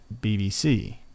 bbc